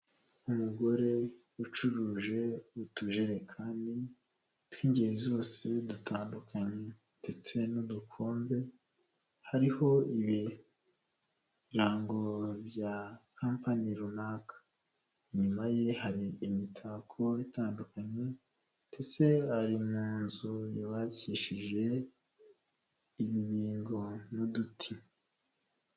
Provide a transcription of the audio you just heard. Umugore ucuruje utujerekani tw'ingeri zose dutandukanye ndetse n'udukombe, hariho ibirango bya Kampani runaka, inyuma ye hari imitako itandukanye ndetse ari mu nzu yubakishije ibibingo n'uduti.